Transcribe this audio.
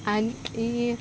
आनी